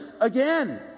again